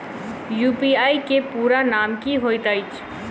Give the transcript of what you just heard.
UPI केँ पूरा नाम की होइत अछि?